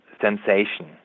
sensation